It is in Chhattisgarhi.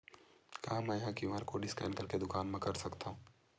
का मैं ह क्यू.आर कोड स्कैन करके दुकान मा कर सकथव?